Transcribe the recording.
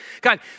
God